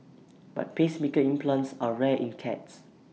but pacemaker implants are rare in cats